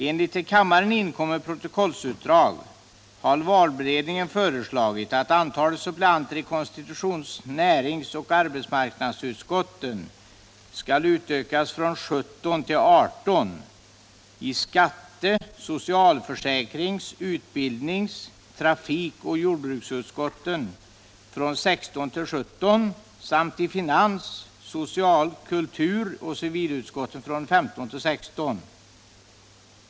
Enligt till kammaren inkommet protokollsutdrag har valberedningen föreslagit att antalet suppleanter i konstitutions-, näringsoch arbetsmarknadsutskotten skall utökas från 17 till 18, i skatte-, socialförsäkrings-, utbildnings-, trafikoch jordbruksutskotten från 16 till 17 samt i finans-, social-, kulturoch civilutskotten från 15 till 16.